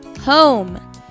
home